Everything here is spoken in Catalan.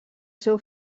seu